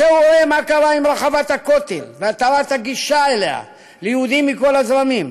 צא וראה מה קרה עם רחבת הכותל והתרת הגישה אליה ליהודים מכל הזרמים.